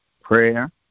prayer